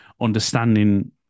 understanding